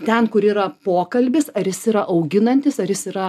ten kur yra pokalbis ar jis yra auginantis ar jis yra